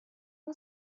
اون